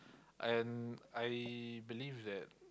and I believe that